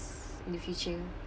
in the future